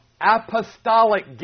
apostolic